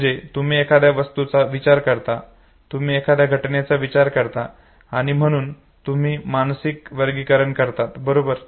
म्हणजे तुम्ही एखाद्या वस्तूचा विचार करता तुम्ही एखाद्या घटनेचा विचार करतात आणि म्हणून तुम्ही मानसिक वर्गीकरण करतात बरोबर